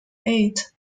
eight